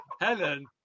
Helen